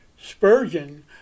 Spurgeon